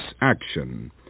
action